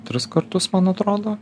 tris kartus man atrodo